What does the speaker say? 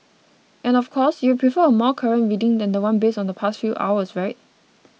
and of course you'd prefer a more current reading than one based on the past few hours right